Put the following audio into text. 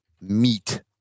meat